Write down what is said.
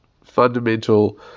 fundamental